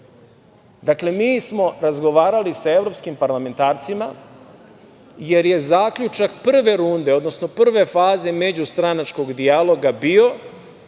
laž. Dakle, mi smo razgovarali sa evropskim parlamentarcima jer je zaključak prve runde, odnosno prve faze međustranačkog dijaloga bio